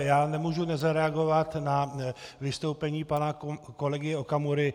Já nemůžu nezareagovat na vystoupení pana kolegy Okamury.